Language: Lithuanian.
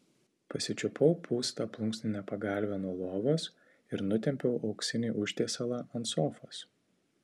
pasičiupau pūstą plunksninę pagalvę nuo lovos ir nutempiau auksinį užtiesalą ant sofos